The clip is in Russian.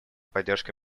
поддержка